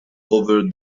over